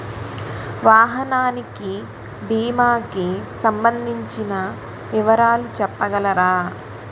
వాహనానికి భీమా కి సంబందించిన వివరాలు చెప్పగలరా?